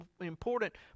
important